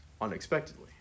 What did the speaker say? unexpectedly